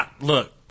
Look